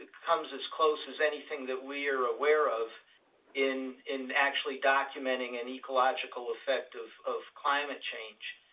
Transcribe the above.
comes as close as anything that we're aware of in in actually documenting an ecological effect of of climate change.